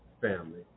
family